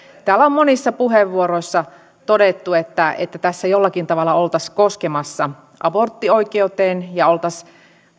täällä on monissa puheenvuoroissa todettu että tässä jollakin tavalla oltaisiin koskemassa aborttioikeuteen ja oltaisiin